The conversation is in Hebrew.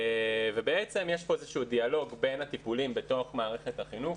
בעצם יש פה איזשהו דיאלוג בין הטיפולים בתוך מערכת החינוך,